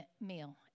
meal